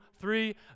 three